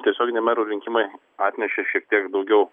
tiesioginiai merų rinkimai atnešė šiek tiek daugiau